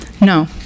No